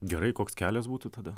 gerai koks kelias būtų tada